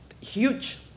huge